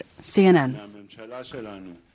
CNN